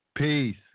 Peace